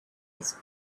his